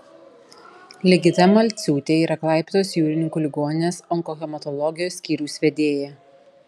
ligita malciūtė yra klaipėdos jūrininkų ligoninės onkohematologijos skyriaus vedėja